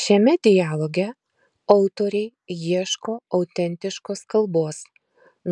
šiame dialoge autoriai ieško autentiškos kalbos